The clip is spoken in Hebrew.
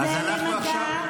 זה למדע.